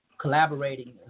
collaborating